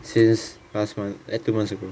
since last month eh two months ago